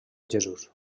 jesús